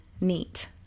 neat